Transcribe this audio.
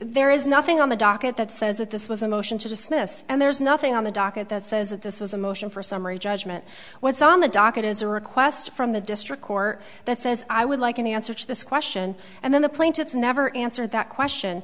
there is nothing on the docket that says that this was a motion to dismiss and there's nothing on the docket that says that this was a motion for summary judgment what's on the docket is a request from the district court that says i would like an answer to this question and then the plaintiffs never answer that question